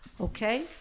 Okay